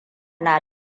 na